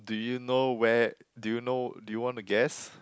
do you know where do you know do you want to guess